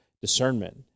discernment